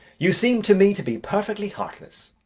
you seem to me to be perfectly heartless.